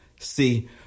see